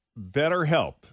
BetterHelp